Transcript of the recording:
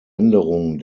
änderung